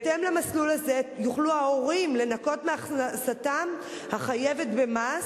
במסלול הזה יוכלו ההורים לנכות מהכנסתם החייבת במס